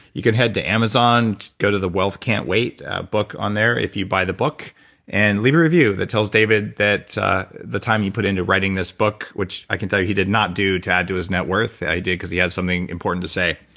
you can head to amazon, go to the wealth can't wait book on there if you buy the book and leave a review that tells david that the time he put into writing this book, which i can tell you he did not do to add to his net worth, he did because he had something important to say,